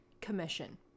commission